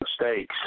mistakes